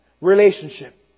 relationship